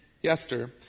Yester